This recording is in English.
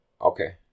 Okay